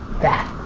back